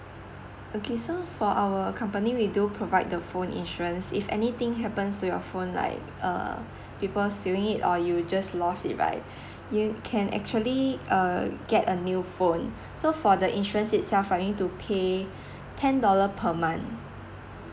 okay so for our accompany we do provide the phone insurance if anything happens to your phone like uh people stealing it or you just lost it right you can actually uh get a new phone so for the insurance itself you need to pay ten dollar per month